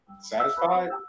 Satisfied